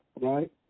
Right